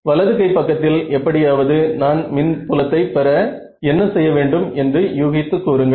வலது கை பக்கத்தில் எப்படியாவது நான் மின் புலத்தை பெற என்ன செய்ய வேண்டும் என்று யூகித்து கூறுங்கள்